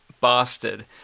bastard